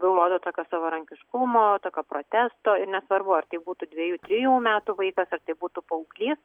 daugiau nori tokio savarankiškumo tokio protesto ir nesvarbu ar tai būtų dviejų trijų metų vaikas ar tai būtų paauglys